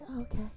okay